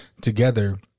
together